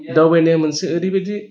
दावबायनाया मोनसे ओरैबायदि